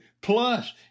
plus